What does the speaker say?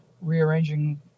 rearranging